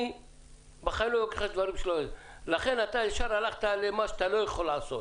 אני בחיים לא אבקש ממך דברים שאתה לא יכול לעשות.